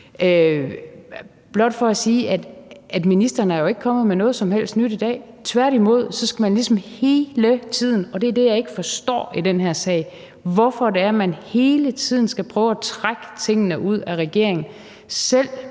blot for at sige, at ministeren jo ikke er kommet med noget som helst nyt i dag. Tværtimod, og det er det, jeg ikke forstår i den her sag: Hvorfor man hele tiden skal prøve at presse tingene ud af regeringen og selv